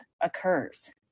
occurs